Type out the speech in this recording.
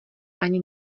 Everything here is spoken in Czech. ani